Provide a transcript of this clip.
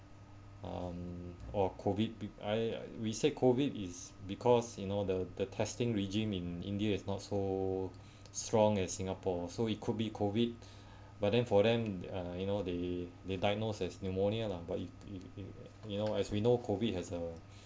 um or COVID I we say COVID is because you know the the testing regime in india is not so strong as singapore so it could be COVID but then for them uh you know they they diagnosed as pneumonia lah but you you you know as we know COVID as a